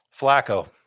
Flacco